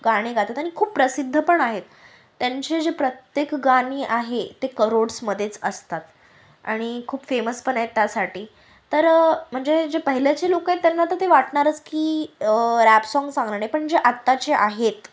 गाणे गातात आणि खूप प्रसिद्धपण आहेत त्यांचे जे प्रत्येक गाणी आहे ते करोड्समध्येच असतात आणि खूप फेमसपण आहेत त्यासाठी तर म्हणजे जे पहिलेचे लोकं आहेत त्यांना तर ते वाटणारच की रॅप साँग चांगलं नाही पण जे आताचे आहेत